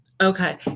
okay